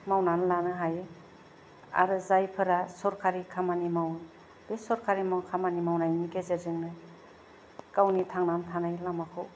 मावनानै लानो हायो आरो जायफोरा सरकारि खामानि मावयो बे सरकारि खामानि मावनायनि गेजेरजोंनो गावनि थांनानै थानाय लामाखौ